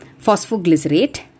phosphoglycerate